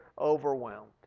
overwhelmed